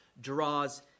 draws